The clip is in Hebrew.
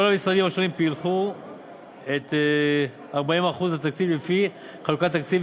כל המשרדים פילחו את 40% התקציב לפי חלוקת התקציב,